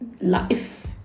life